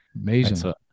Amazing